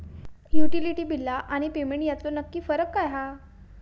Utility बिला आणि payment यातलो नक्की फरक काय हा?